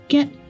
Get